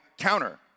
counter